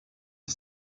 des